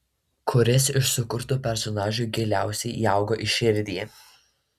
kuris iš sukurtų personažų giliausiai įaugo į širdį